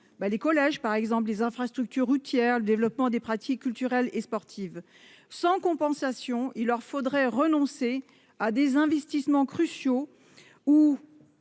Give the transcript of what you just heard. les collèges, les infrastructures routières, le développement des pratiques culturelles et sportives ... Sans compensation, il leur faudrait renoncer à des investissements cruciaux, ou